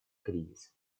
кризис